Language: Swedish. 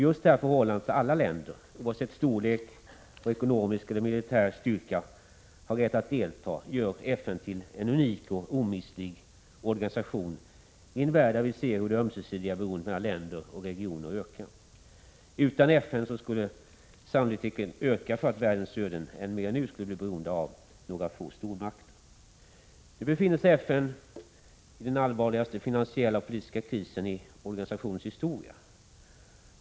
Just det förhållandet att alla länder, oavsett storlek och ekonomisk eller militär styrka, har rätt att delta gör FN till en unik och omistlig organisation i en värld där vi ser hur det ömsesidiga beroendet mellan länder och regioner ökar. Utan FN skulle sannolikheten öka för att världens öden än mer än nu skulle bli beroende av några få stormakter. Nu befinner sig FN i den allvarligaste finansiella och politiska krisen i organisationens historia.